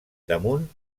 damunt